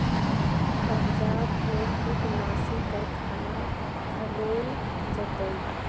पंजाब में कीटनाशी कारखाना खोलल जतई